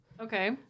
Okay